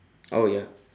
oh ya